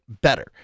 better